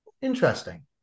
interesting